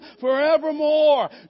forevermore